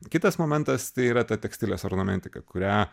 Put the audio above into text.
kitas momentas tai yra ta tekstilės ornamentika kurią